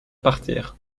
partir